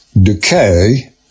decay